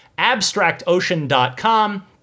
abstractocean.com